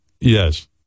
yes